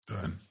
Done